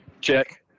check